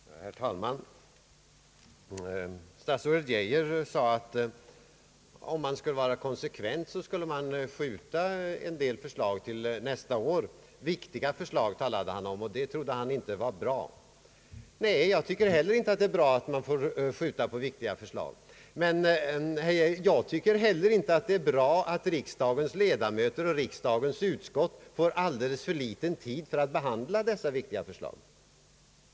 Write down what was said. Herr talman! Herr statsrådet Geijer sade att man, om man skulle vara konsekvent, skulle skjuta på en del viktiga förslag till nästa år, och det ansåg han inte vara bra. Nej, jag tycker inte heller att det är bra om man måste skjuta på viktiga förslag. Men jag tycker inte heller att det är bra att riksdagens 1edamöter och riksdagens utskott får alldeles för litet tid att behandla dessa viktiga förslag.